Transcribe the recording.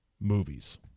movies